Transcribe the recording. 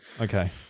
okay